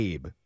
Abe